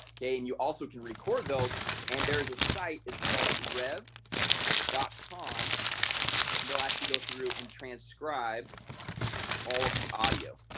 okay, and you also can record those and there's a site it's called rev dot com and they'll actually go through and transcribe all of the audio